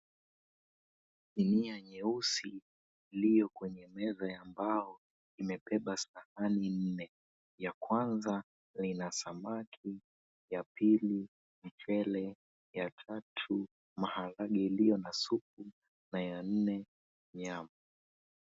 Sinia nyeusi iliyo kwa meza ya mbao imebeba sahani nne, ya kwanza ni ya samaki, ya pili ni mchele, ya tatu maharage iliyo na supu na ya nne nyama.